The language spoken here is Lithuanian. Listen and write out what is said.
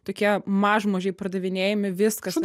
tokie mažmožiai pardavinėjami viskas